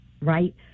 right